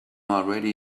already